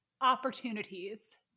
opportunities